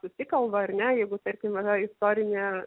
susikalba ar ne jeigu tarkim yra istorinė